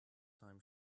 time